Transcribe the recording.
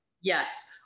Yes